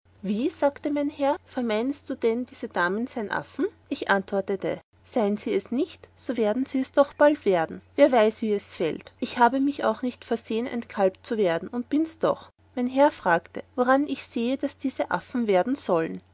wie sagte mein herr vermeinst du dann diese damen sein affen ich antwortete seind sie es nicht so werden sie es doch bald werden wer weiß wie es fällt ich habe mich auch nicht versehen ein kalb zu werden und bins doch mein herr fragte woran ich sehe daß diese affen werden sollen